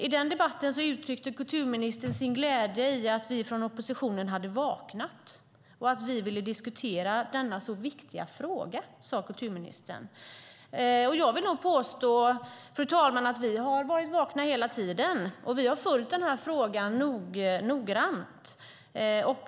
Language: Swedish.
I den debatten uttryckte kulturministern sin glädje över att vi från oppositionen hade vaknat och att vi ville diskutera denna så viktiga fråga. Jag vill nog påstå, fru talman, att vi har varit vakna hela tiden, och vi har följt den här frågan noggrant.